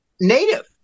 native